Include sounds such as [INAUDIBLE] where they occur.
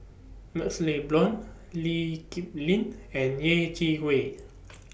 MaxLe Blond Lee Kip Lin and Yeh Chi Wei [NOISE]